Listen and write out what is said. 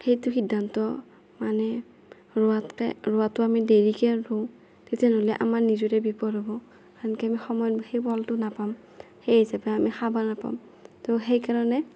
সেইটো সিদ্ধান্ত মানে ৰোৱাতকৈ ৰোৱাতো আমি দেৰিকৈ ৰোওঁ তিথেন হ'লে আমাৰ নিজৰে বিপদ হ'ব সেনেকৈ আমি সময়ত সেই ফলটো নাপাম সেই হিচাপে আমি খাব নাপাম ত' সেইকাৰণে